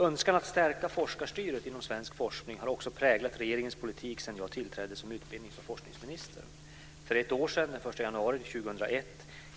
Önskan att stärka forskarstyret inom svensk forskning har också präglat regeringens politik sedan jag tillträdde som utbildnings och forskningsminister. För ett år sedan, den 1 januari 2001,